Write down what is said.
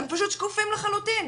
הם פשוט שקופים לחלוטין.